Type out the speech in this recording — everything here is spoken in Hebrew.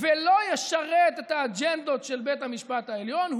ולא ישרת את האג'נדות של בית המשפט העליון,